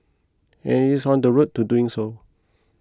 and it is on the road to doing so